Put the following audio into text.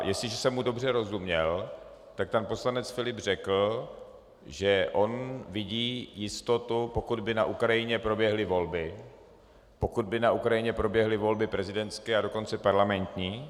Jestliže jsem mu dobře rozuměl, tak pan poslanec Filip řekl, že on vidí jistotu, pokud by na Ukrajině proběhly volby, pokud by na Ukrajině proběhly volby prezidentské a dokonce parlamentní.